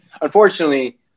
unfortunately